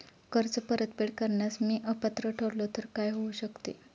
कर्ज परतफेड करण्यास मी अपात्र ठरलो तर काय होऊ शकते?